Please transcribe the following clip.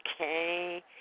okay